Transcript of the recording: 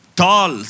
tall